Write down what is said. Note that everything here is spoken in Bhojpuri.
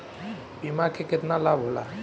बीमा के केतना लाभ होला?